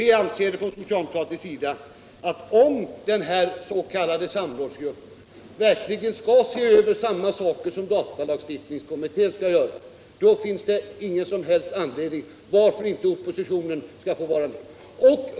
Vi anser från socialdemokratisk sida att om den s.k. samrådsgruppen verkligen skall se över samma saker som datalagstiftningskommittén, så finns det ingen anledning att inte oppositionen skulle få vara med.